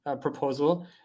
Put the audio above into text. proposal